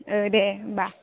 ओ दे होम्बा